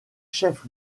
chef